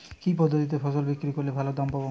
কি পদ্ধতিতে ফসল বিক্রি করলে ভালো দাম পাব?